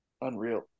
Unreal